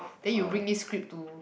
then you bring this script to